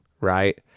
right